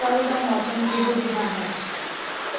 ਕੱਲ੍ਹ ਦਾ ਮੌਸਮ ਕਿਹੋ ਜਿਹਾ ਹੈ